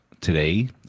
Today